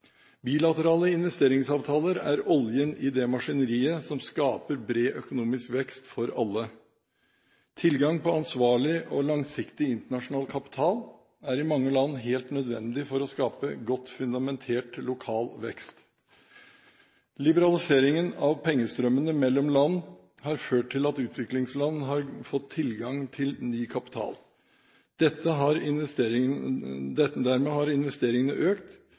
Bilaterale investeringsavtaler er oljen i det maskineriet som skaper bred økonomisk vekst for alle. Tilgang på ansvarlig og langsiktig internasjonal kapital er i mange land helt nødvendig for å skape godt fundamentert lokal vekst. Liberaliseringen av pengestrømmene mellom land har ført til at utviklingsland har fått tilgang til ny kapital. Dermed har